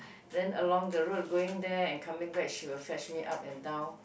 then along the road going there and coming back she will fetch me up and down